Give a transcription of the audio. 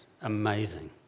amazing